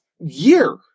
year